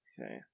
Okay